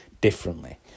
differently